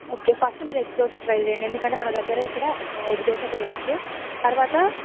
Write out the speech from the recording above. okay first మీరు egg dosa try చేయండి ఎందుకంటే మన దగ్గర ఇక్కడ ఎగ్ దోశ ఫేమస్ తరువాత